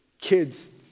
kids